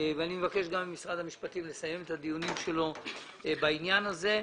ואני מבקש גם ממשרד המשפטים לסיים את הדיונים שלו בעניין הזה.